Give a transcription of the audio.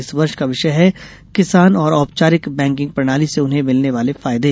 इस वर्ष का विषय है किसान और औपचारिक बैकिंग प्रणाली से उन्हें मिलने वाले फायदे